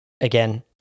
again